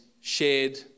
shared